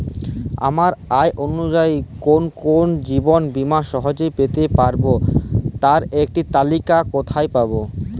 আমার আয় অনুযায়ী কোন কোন জীবন বীমা সহজে পেতে পারব তার একটি তালিকা কোথায় পাবো?